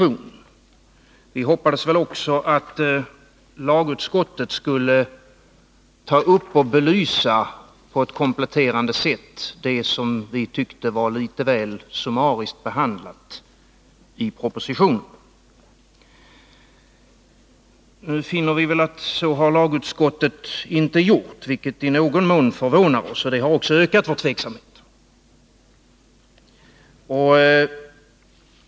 Vi hoppades väl också att lagutskottet skulle ta upp och på ett kompletterande sätt belysa det som vi tyckte var litet väl summariskt behandlat i propositionen. Nu finner vi att lagutskottet inte har gjort det, vilket i någon mån förvånar oss. Det har också ökat vår tveksamhet.